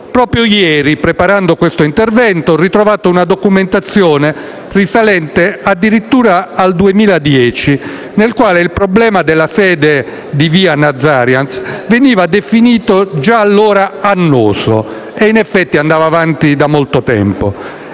Proprio ieri, preparando questo intervento, ho ritrovato una documentazione risalente al 2010 nella quale il problema della sede di via Nazariantz veniva già definito "annoso" (e in effetti andava avanti da molto).